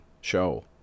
show